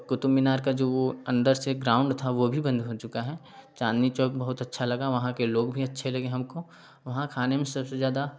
क़ुतुब मीनार का जो वह अंदर से ग्राउंड था वह भी बंद हो चुका है चाँदनी चौक बहुत अच्छा लगा वहाँ के लोग भी अच्छे लगे हमको वहाँ खाने में सबसे ज़्यादा